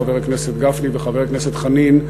חבר הכנסת גפני וחבר הכנסת חנין,